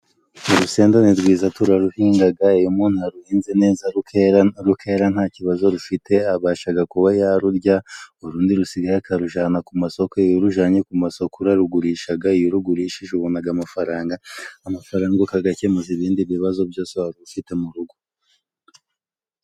Urusenda ni rwiza turaruhingaga， iyo umuntu aruhinze neza rukera， rukera nta kibazo rufite， abashaga kuba yarurya， urundi rusigaye akarujana ku masoko，iyo urujanye ku masoko urarugurishaga，iyo urugurishije ubonaga amafaranga， amafaranga ukagakemuza ibindi bibazo byose waba ufite mu rugo.